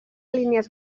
línies